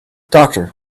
doctor